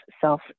self